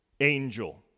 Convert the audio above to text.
angel